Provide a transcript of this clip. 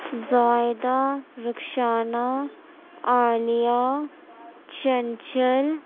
Zaida Rukhsana Aliya Chanchal